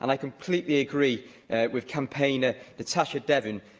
and i completely agree with campaigner natasha devon,